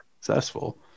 successful